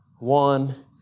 One